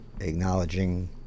acknowledging